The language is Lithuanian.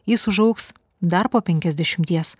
jis užaugs dar po penkiasdešimties